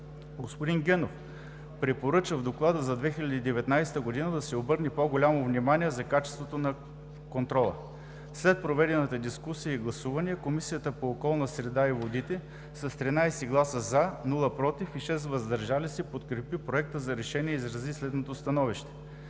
Господин Генов препоръча в Доклада за 2019 г. да се обърне по-голямо внимание на качеството на контрола. След проведената дискусия и гласуване Комисията по околната среда и водите с 13 гласа „за“, без гласове „против“ и 6 гласа „въздържал се“ подкрепи Проекта за решение и изрази следното становище: